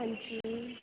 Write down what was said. अंजी